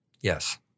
Yes